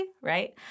right